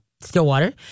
Stillwater